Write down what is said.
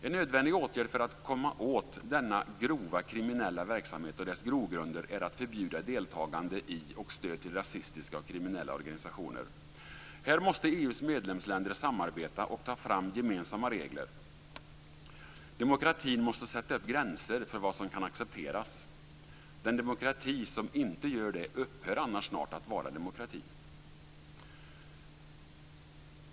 En nödvändig åtgärd för att komma åt denna grova kriminella verksamhet och dess grogrunder är att förbjuda deltagande i och stöd till rasistiska och kriminella organisationer. Här måste EU:s medlemsländer samarbeta och ta fram gemensamma regler. Demokratin måste sätta upp gränser för vad som kan accepteras. Den demokrati som inte gör det upphör annars snart att vara en demokrati.